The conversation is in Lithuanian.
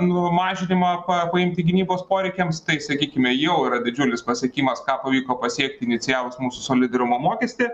numažinimą pa paimti gynybos poreikiams tai sakykime jau yra didžiulis pasiekimas ką pavyko pasiekti inicijavus mūsų solidarumo mokestį